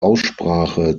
aussprache